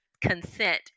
consent